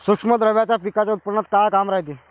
सूक्ष्म द्रव्याचं पिकाच्या उत्पन्नात का काम रायते?